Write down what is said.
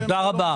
תודה.